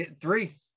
Three